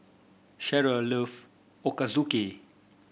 Shara loves Ochazuke